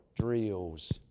Drills